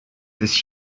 this